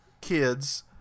kids